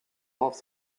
half